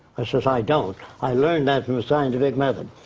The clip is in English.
i said i don't. i learned that from the scientific method.